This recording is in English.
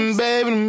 baby